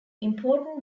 important